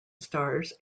stars